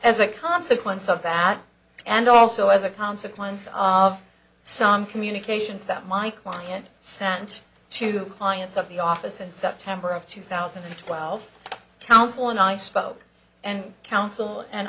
as a consequence of that and also as a consequence of some communications that my client sent to clients of the office in september of two thousand and twelve counsel and i spoke and counsel and